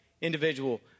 individual